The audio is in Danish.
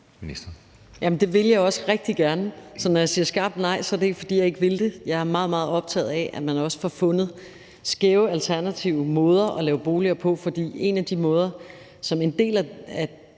det vil jeg også rigtig gerne. Så når jeg siger skarpt nej, er det ikke, fordi jeg ikke vil det. Jeg er meget, meget optaget af, at man også får fundet skæve, alternative måder at lave boliger på, for en af de måder, som en del af